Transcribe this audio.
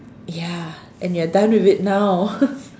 ya and you are done with it now